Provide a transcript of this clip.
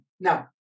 Now